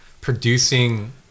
producing